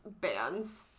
bands